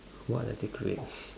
what are they create